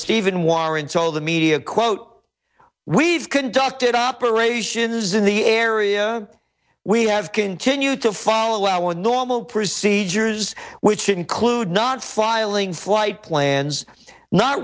stephen warren told the media quote we've conducted operations in the area we have continued to follow our normal procedures which include not filing flight plans not